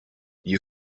you